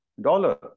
dollar